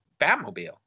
Batmobile